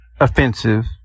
offensive